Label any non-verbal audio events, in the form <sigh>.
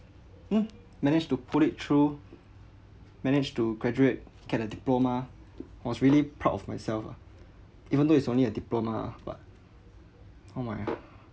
<noise> managed to put it through managed to graduate get a diploma I was really proud of myself lah even though is only a diploma but all my